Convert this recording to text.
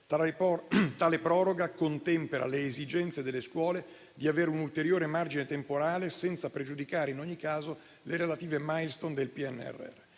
Tale proroga contempera le esigenze delle scuole di avere un ulteriore margine temporale senza pregiudicare in ogni caso le relative *milestone* del PNRR.